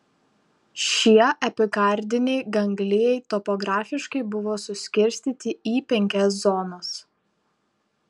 šie epikardiniai ganglijai topografiškai buvo suskirstyti į penkias zonas